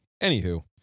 anywho